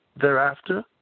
Thereafter